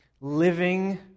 living